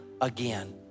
again